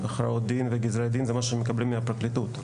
הכרעות דין וגזרי דין זה משהו שמקבלים מהפרקליטות.